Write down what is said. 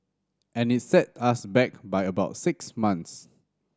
and it set us back by about six months